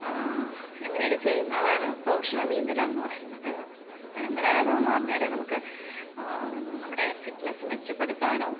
ആ അങ്ങനെയൊക്കെ ചെയ്യും അതാണ് പ്രൊഫഷണല് നീന്തല് എന്നു പറയുന്നത് പരമ്പരാഗതം എന്നു പറഞ്ഞാൽ നമുക്ക് നമ്മുടെ ഫിറ്റ്നസ് മെച്ചപെടുത്താനോ